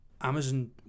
Amazon